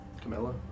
Camilla